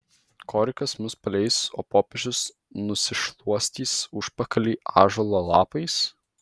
korikas mus paleis o popiežius nusišluostys užpakalį ąžuolo lapais